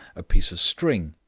a piece of string,